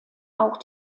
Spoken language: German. auch